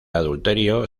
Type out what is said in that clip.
adulterio